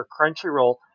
Crunchyroll